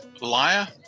liar